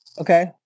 Okay